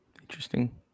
Interesting